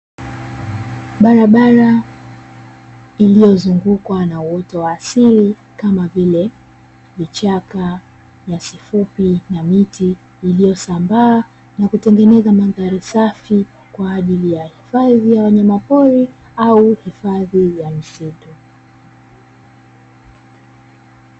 Barabara iliyozungukwa na uoto wa asili, kama vile vichaka, nyasi fupi na miti iliyosambaa, ikitengeneza mandhari safi kwa ajili ya hifadhi ya wanyama pori au hifadhi ya misitu.